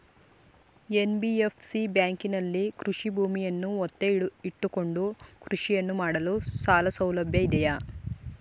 NBFC ಬ್ಯಾಂಕಿನಲ್ಲಿ ಕೃಷಿ ಭೂಮಿಯನ್ನು ಒತ್ತೆ ಇಟ್ಟುಕೊಂಡು ಕೃಷಿಯನ್ನು ಮಾಡಲು ಸಾಲಸೌಲಭ್ಯ ಇದೆಯಾ?